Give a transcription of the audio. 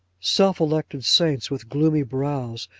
self-elected saints with gloomy brows,